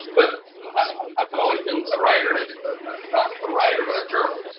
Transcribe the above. but i've always been a writer and not a writer, but a journal,